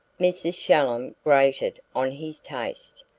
mrs. shallum grated on his taste,